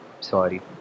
sorry